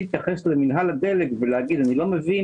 להתייחס למינהל הדלק ולומר שאני לא מבין